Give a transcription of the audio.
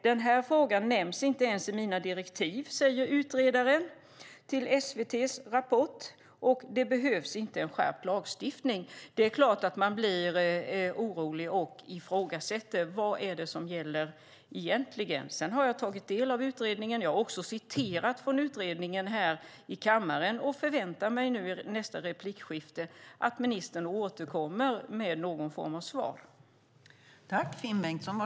"Den här frågan nämns inte ens i mina direktiv" säger utredaren till SVT:s Rapport . "Det behövs inte en skärpt lagstiftning." Det är klart att man blir orolig och ifrågasätter vad det är som egentligen gäller. Jag har tagit del av utredningen. Jag har också citerat från utredningen här i kammaren och förväntar mig nu i nästa inlägg att ministern återkommer med någon form av svar.